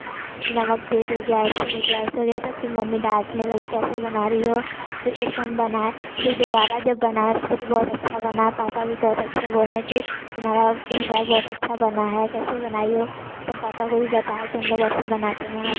नमक तेज़ हो गया ऐसे हो गया वैसे हो गया तो फिर मम्मी डाँटने लगी कैसे बना रही हो फिर उसको हम बनाए फिर दोबारा जब बनाए उसको तो बहुत अच्छा बना पापा भी बहुत अच्छे बोले कि तुम्हारा इस बार बहुत अच्छा बना है कैसे बनाई हो तब पापा को भी बताए कि हम लोग ऐसे बनाते हैं